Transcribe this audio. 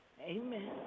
Amen